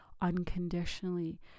unconditionally